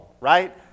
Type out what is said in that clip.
Right